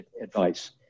advice